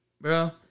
bro